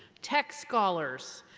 tech scholars,